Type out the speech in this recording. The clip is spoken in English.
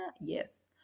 yes